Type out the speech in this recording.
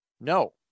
No